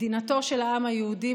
מדינתו של העם היהודי,